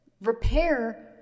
Repair